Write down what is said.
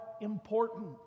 important